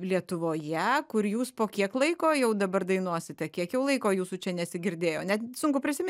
lietuvoje kur jūs po kiek laiko jau dabar dainuosite kiek jau laiko jūsų čia nesigirdėjo net sunku prisimi